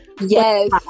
Yes